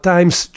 Times